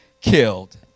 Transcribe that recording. killed